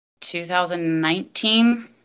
2019